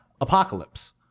Apocalypse